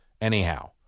anyhow